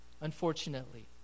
unfortunately